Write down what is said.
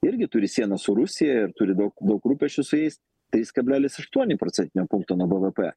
irgi turi sieną su rusija ir turi daug daug rūpesčių su jais trys kablelis aštuoni procentinio punkto nuo bvp